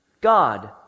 God